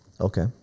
Okay